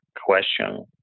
question